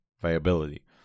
viability